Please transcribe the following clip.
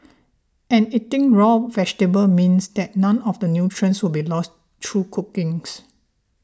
and eating raw vegetables means that none of the nutrients will be lost through cookings